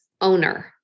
owner